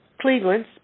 Cleveland